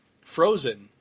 frozen